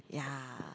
ya